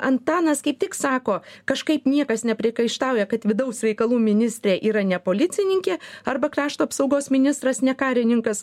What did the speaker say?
antanas kaip tik sako kažkaip niekas nepriekaištauja kad vidaus reikalų ministrė yra ne policininkė arba krašto apsaugos ministras ne karininkas